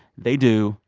they do.